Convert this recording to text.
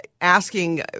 asking